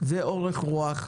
ואורך רוח,